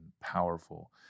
powerful